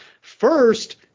first